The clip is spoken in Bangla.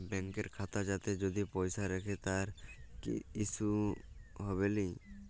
ব্যাংকের খাতা যাতে যদি পয়সা রাখে তার কিসু হবেলি